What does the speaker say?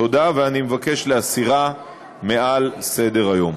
תודה, ואני מבקש להסירה מעל סדר-היום.